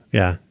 yeah.